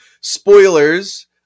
spoilers